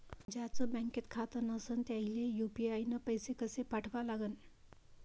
ज्याचं बँकेत खातं नसणं त्याईले यू.पी.आय न पैसे कसे पाठवा लागन?